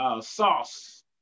Sauce